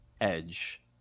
edge